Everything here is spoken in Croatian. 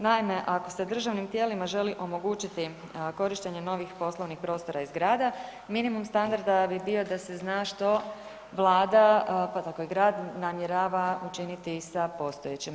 Naime, ako se državnim tijelima želi omogućiti korištenje novih poslovnih prostora i zgrada, minimum standarda bi bio da se zna što Vlada, pa tako i grad namjerava učiniti sa postojećima.